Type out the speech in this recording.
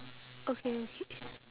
okay okay